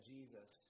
Jesus